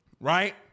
right